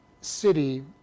city